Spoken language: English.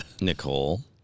Nicole